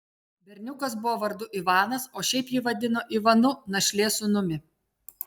berniukas buvo vardu ivanas o šiaip jį vadino ivanu našlės sūnumi